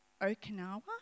Okinawa